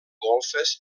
golfes